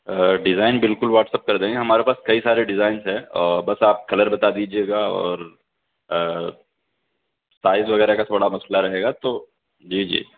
design بالکل WhatsApp کر دیں گے ہمارے پاس کئی سارے ڈیزائنس ہے بس آپ کلر بتا دیجیے گا اور سائز وغیرہ کا تھوڑا مسئلہ رہے گا تو جی جی